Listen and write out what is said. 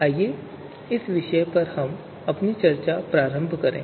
आइए इस विशेष विषय पर अपनी चर्चा शुरू करें